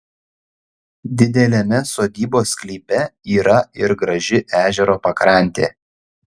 dideliame sodybos sklype yra ir graži ežero pakrantė